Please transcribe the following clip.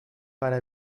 para